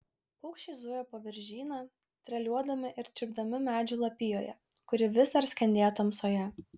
paukščiai zujo po viržyną treliuodami ir čirpdami medžių lapijoje kuri vis dar skendėjo tamsoje